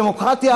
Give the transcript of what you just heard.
דמוקרטיה,